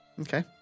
Okay